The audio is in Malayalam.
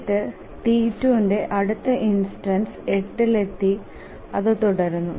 എന്നിട്ട് T2 ന്റെ അടുത്ത ഇൻസ്റ്റൻസ് 8 ൽ എത്തി അത് തുടരുന്നു